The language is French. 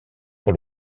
pour